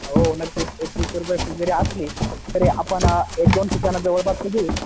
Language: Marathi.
हो नक्कीच एकवीसशे रुपये फी जरी असली तरी आपण एक दोन ठिकाणं जवळपासची घेऊ